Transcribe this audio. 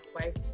wife